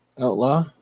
outlaw